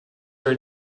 are